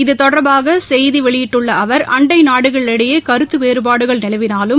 இது தொடர்பாக செய்தி வெளியிட்டுள்ள அவர் அண்டை நாடுகளிடையே கருத்து வேறுபாடுகள் நிலவினாலும்